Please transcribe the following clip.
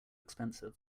expensive